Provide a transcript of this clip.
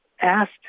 asked